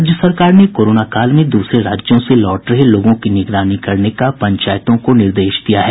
राज्य सरकार ने कोरोना काल में दूसरे राज्यों से लौट रहे लोगों की निगरानी करने का पंचायतों को निर्देश दिया है